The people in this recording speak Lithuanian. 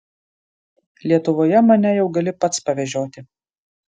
lietuvoje mane jau gali pats pavežioti